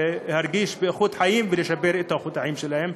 להרגיש באיכות חיים ולשפר את איכות החיים שלהם,